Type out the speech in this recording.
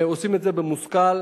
ועושים את זה במושכל,